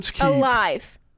alive